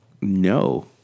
No